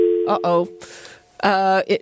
Uh-oh